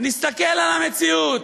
מה זו הגזענות,